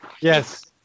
Yes